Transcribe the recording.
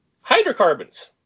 hydrocarbons